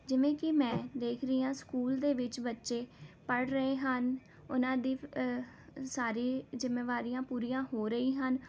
ਜਿਵੇਂ ਕਿ ਮੈਂ ਦੇਖ ਰਹੀ ਹਾਂ ਸਕੂਲ ਦੇ ਵਿੱਚ ਬੱਚੇ ਪੜ੍ਹ ਰਹੇ ਹਨ ਉਹਨਾਂ ਦੀ ਸਾਰੀ ਜ਼ਿੰਮੇਵਾਰੀਆਂ ਪੂਰੀਆਂ ਹੋ ਰਹੀ ਹਨ